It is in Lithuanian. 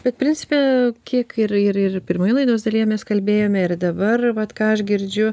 bet principe kiek ir ir ir pirmoje laidos dalyje mes kalbėjome ir dabar vat ką aš girdžiu